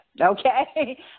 Okay